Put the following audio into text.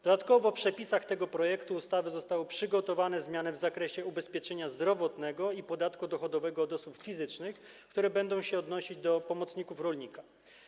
Dodatkowo w przepisach tego projektu ustawy zostały przygotowane zmiany w zakresie ubezpieczenia zdrowotnego i podatku dochodowego od osób fizycznych, które będą się odnosić do pomocników rolnika.